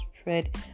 spread